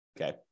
Okay